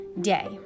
day